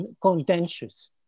contentious